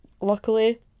Luckily